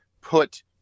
put